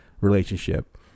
relationship